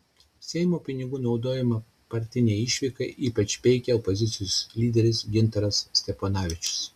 seimo pinigų naudojimą partinei išvykai ypač peikė opozicijos lyderis gintaras steponavičius